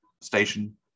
station